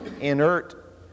inert